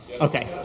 Okay